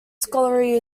scholarly